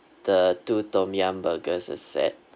the two tom yum burgers a set